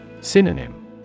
Synonym